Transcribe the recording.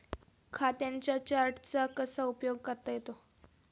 खात्यांच्या चार्टचा कसा उपयोग करता येतो?